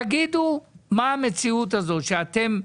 תגידו מה המציאות הזאת שאתם,